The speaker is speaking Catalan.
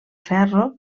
ferro